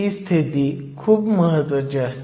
तर समस्या 4 तुमच्याकडे अब्रप्ट pn जंक्शन आहे